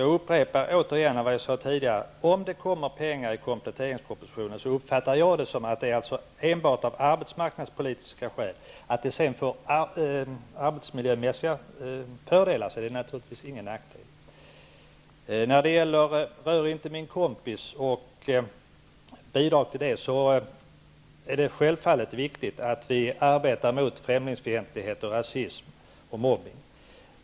Jag upprepar därför vad jag tidigare sade, nämligen att om det kommer att föreslås pengar i kompletteringspropositionen, uppfattar jag det som att detta sker enbart av arbetsmarknadspolitiska skäl. Om det sedan innebär något positivt för arbetsmiljön, är det naturligtvis ingen nackdel. Beträffande bidrag till kampanjen Rör inte min kompis vill jag säga att det naturligtvis är viktigt att vi arbetar mot främlingsfientlighet, rasism och mobbning.